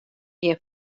gjin